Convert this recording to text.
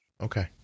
Okay